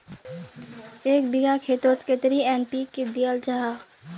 एक बिगहा खेतोत कतेरी एन.पी.के दियाल जहा?